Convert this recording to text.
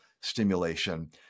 stimulation